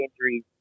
injuries